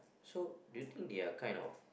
so do you think they are kind of